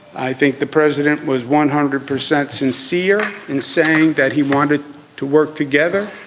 i think the president was one hundred percent sincere in saying that he wanted to work together